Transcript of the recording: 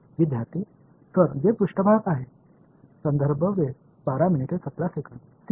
विद्यार्थीः सर जे पृष्ठभाग आहे सीमा